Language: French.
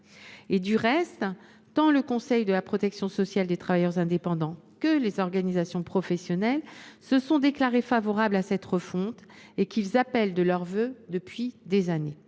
Du reste, tant le Conseil de la protection sociale des travailleurs indépendants que les organisations professionnelles se sont déclarés favorables à cette refonte, qu’ils appellent de leurs vœux depuis des années.